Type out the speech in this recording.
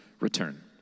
return